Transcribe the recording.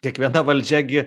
kiekviena valdžia gi